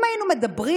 אם היינו מדברים